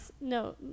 No